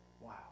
Wow